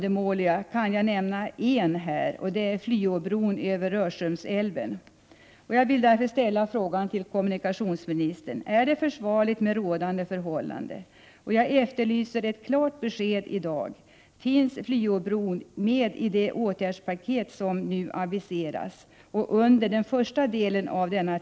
En av de broar som är undermålig är Flyåbron över Rörströmsälven.